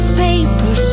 paper